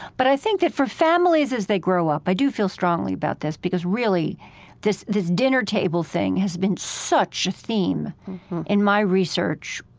but i think that, for families as they grow up, i do feel strongly about this because really this this dinner table thing has been such a theme in my research,